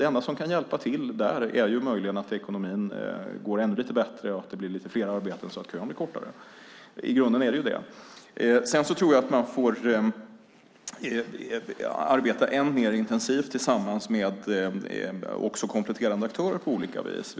Det enda som kan hjälpa till där är möjligen att ekonomin går ännu lite bättre och att det blir fler arbeten så att kön blir kortare. I grunden är det så. Sedan tror jag att man får arbeta än mer effektivt tillsammans med kompletterande aktörer på olika vis.